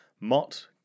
Mott